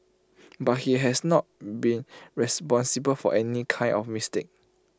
but he has not been responsible for any kind of mistake